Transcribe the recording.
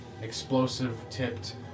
explosive-tipped